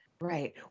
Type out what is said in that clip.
Right